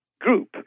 group